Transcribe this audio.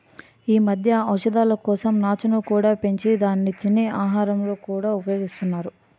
ఈ మధ్య ఔషధాల కోసం నాచును కూడా పెంచి దాన్ని తినే ఆహారాలలో కూడా ఉపయోగిస్తున్నారు